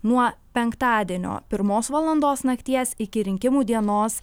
nuo penktadienio pirmos valandos nakties iki rinkimų dienos